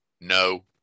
No